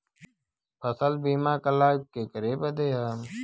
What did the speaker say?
फसल बीमा क लाभ केकरे बदे ह?